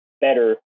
better